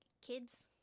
kids